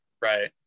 right